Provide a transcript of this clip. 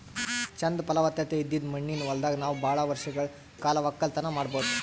ಚಂದ್ ಫಲವತ್ತತೆ ಇದ್ದಿದ್ ಮಣ್ಣಿನ ಹೊಲದಾಗ್ ನಾವ್ ಭಾಳ್ ವರ್ಷಗಳ್ ಕಾಲ ವಕ್ಕಲತನ್ ಮಾಡಬಹುದ್